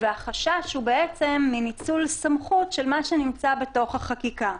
ויש חשש מניצול סמכות של מה שנמצא בתוך החקיקה.